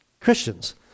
Christians